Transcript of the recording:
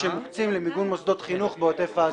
שמוקצים למיגון מוסדות חינוך בעוטף עזה.